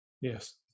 Yes